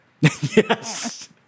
Yes